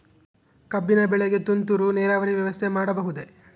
ಕಬ್ಬಿನ ಬೆಳೆಗೆ ತುಂತುರು ನೇರಾವರಿ ವ್ಯವಸ್ಥೆ ಮಾಡಬಹುದೇ?